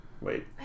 wait